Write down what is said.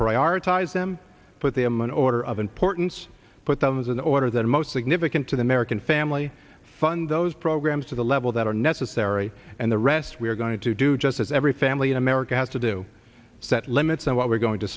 prioritize them but they i'm an order of importance but that is an order that most significant to the american family fund those programs to the level that are necessary and the rest we are going to do just as every family in america has to do set limits on what we're going to